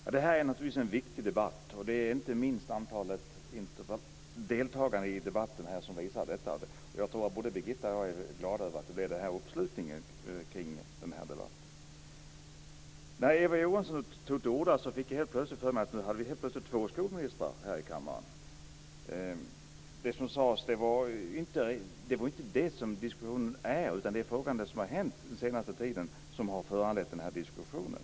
Fru talman! Det här är naturligtvis en viktig debatt. Det visar inte minst antalet deltagare i debatten. Jag tror att både Birgitta och jag är glada över att det blev en sådan här uppslutning kring debatten. När Eva Johansson tog till orda fick jag helt plötsligt för mig att vi nu hade två skolministrar här i kammaren. Men det är ju inte det hon tog upp som diskussionen handlar om. Det är det som har hänt den senaste tiden som har föranlett den här diskussionen.